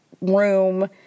room